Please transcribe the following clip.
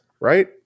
right